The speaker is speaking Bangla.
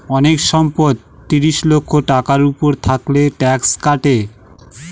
অনেক সম্পদ ত্রিশ লক্ষ টাকার উপর থাকলে ট্যাক্স কাটে